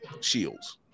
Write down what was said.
shields